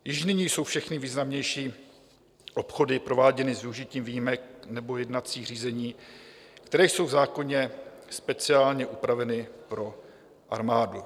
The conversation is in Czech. Již nyní jsou všechny významnější obchody prováděny s využitím výjimek nebo jednacích řízení, které jsou v zákoně speciálně upraveny pro armádu.